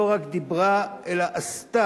לא רק דיברה, אלא עשתה,